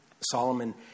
Solomon